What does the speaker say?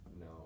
No